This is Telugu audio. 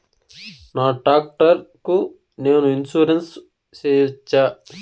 నా టాక్టర్ కు నేను ఇన్సూరెన్సు సేయొచ్చా?